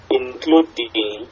including